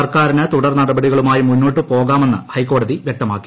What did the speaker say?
സർക്കാരിന് തുടർനടപടികളുമായി മുന്നോട്ട് പോകാമെന്ന് ഹൈക്കോടതി വ്യക്തമാക്കി